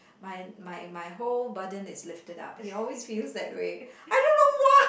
my my my whole burden is lifted up he always feels that way I don't know why